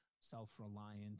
self-reliant